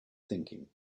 thinking